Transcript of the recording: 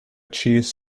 cheese